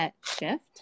shift